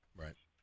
right